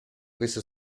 queste